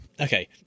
Okay